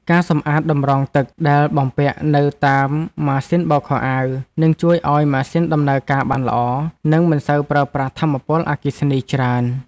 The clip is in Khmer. ការសម្អាតតម្រងទឹកដែលបំពាក់នៅតាមម៉ាស៊ីនបោកខោអាវ នឹងជួយឱ្យម៉ាស៊ីនដំណើរការបានល្អ និងមិនសូវប្រើប្រាស់ថាមពលអគ្គិសនីច្រើន។